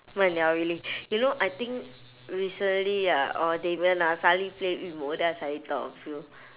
really you know I think recently ah or damian ah suddenly play yu mou then I suddenly thought of you